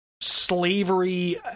slavery